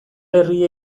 herria